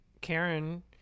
Karen